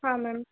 हाँ मैम